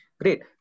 Great